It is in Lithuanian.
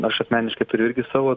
aš asmeniškai turiu irgi savo